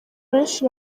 benshi